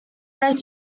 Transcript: las